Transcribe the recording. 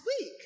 week